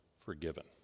forgiven